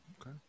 Okay